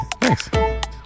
Thanks